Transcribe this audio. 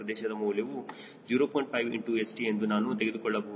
5 into St ಎಂದು ನಾನು ಕಂಡುಹಿಡಿಯಬಹುದು